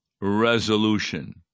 resolution